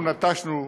אנחנו נטשנו,